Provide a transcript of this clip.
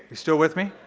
you still with me?